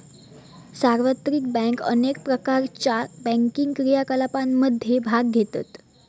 सार्वत्रिक बँक अनेक प्रकारच्यो बँकिंग क्रियाकलापांमध्ये भाग घेतत